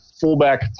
fullback